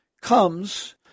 comes